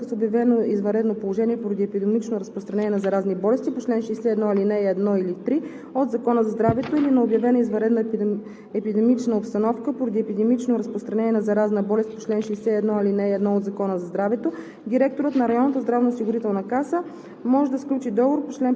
по чл. 94а, ал. 2 от Закона за лечебните заведения във връзка с обявено извънредно положение поради епидемично разпространение на заразни болести по чл. 61, ал. 1 или 3 от Закона за здравето или на обявена извънредна епидемична обстановка поради епидемично разпространение на заразна болест по чл. 61, ал. 1 от Закона за здравето,